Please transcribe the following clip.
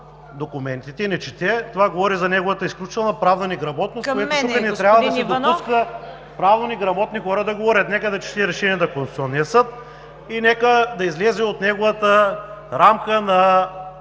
Към мен, господин Иванов.